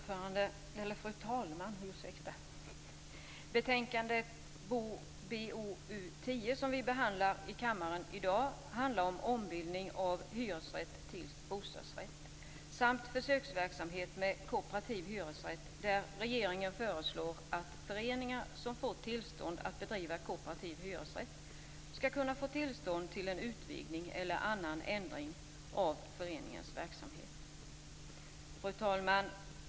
Fru talman! Betänkande BoU10 som vi behandlar i kammaren i dag handlar om ombildning av hyresrätt till bostadsrätt samt försöksverksamhet med kooperativ hyresrätt, där regeringen föreslår att föreningar som har fått tillstånd att bedriva kooperativ hyresrätt skall kunna få tillstånd till en utvidgning eller annan ändring av föreningens verksamhet. Fru talman!